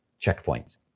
Checkpoints